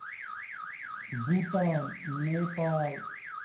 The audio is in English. Bhutan Nepal